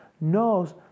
knows